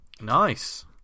Nice